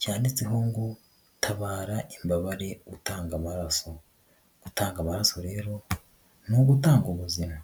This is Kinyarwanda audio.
cyanditseho ngo tabara imbabare utanga amaraso. Gutanga amaraso rero ni uguta ubuzima.